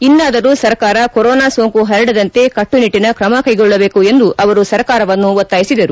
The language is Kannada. ಇನ್ನಾದರೂ ಸರ್ಕಾರ ಕೊರೊನಾ ಸೋಂಕು ಹರಡದಂತೆ ಕಟ್ಪುನಿಟ್ಟನ ಕ್ರಮ ಕೈಗೊಳ್ಳಬೇಕು ಎಂದು ಅವರು ಸರ್ಕಾರವನ್ನು ಒತ್ತಾಯಿಸಿದರು